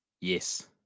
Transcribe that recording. Yes